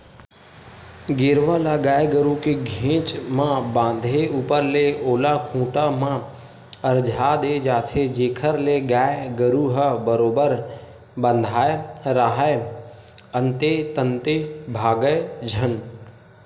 गेरवा ल गाय गरु के घेंच म बांधे ऊपर ले ओला खूंटा म अरझा दे जाथे जेखर ले गाय गरु ह बरोबर बंधाय राहय अंते तंते भागय झन